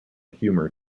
humour